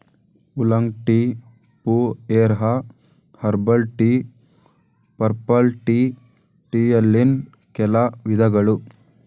oolong tea, pu erh, herbal tea, purple tea ಟೀಯಲ್ಲಿನ್ ಕೆಲ ವಿಧಗಳು